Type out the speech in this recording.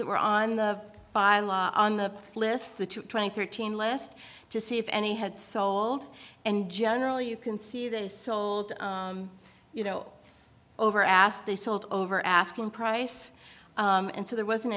that were on the on the list the two twenty thirteen last to see if any had sold and generally you can see them sold you know over asked they sold over asking price and so there wasn't